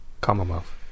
Commonwealth